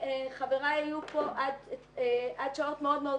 חבריי היו כאן עד שעות מאוד מאוד